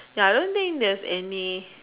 ya I don't think theres any